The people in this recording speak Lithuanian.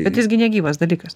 bet jis gi negyvas dalykas